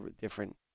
different